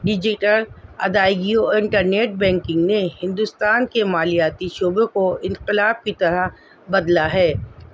digital ادائیگی اور internet banking نے ہندوستان کے مالیاتی شعبے کو انقلاب کی طرح بدلا ہے